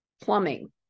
plumbing